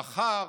מחר